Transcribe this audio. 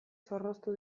zorroztu